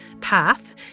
PATH